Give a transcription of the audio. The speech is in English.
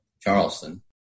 Charleston